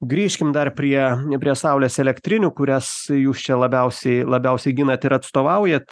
grįžkim dar prie prie saulės elektrinių kurias jūs čia labiausiai labiausiai ginat ir atstovaujat